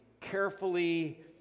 carefully